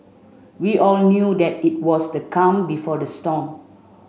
we all knew that it was the calm before the storm